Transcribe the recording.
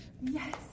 Yes